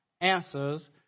answers